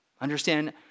Understand